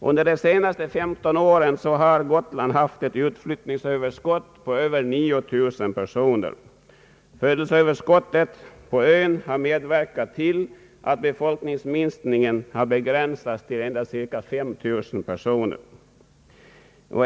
Under de senaste 15 åren har Gotland haft ett utflyttningsöverskott på över 9000 personer. Födelseöverskottet på ön har medverkat till att befolkningsminskningen har begränsats till cirka 5 000 personer.